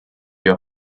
your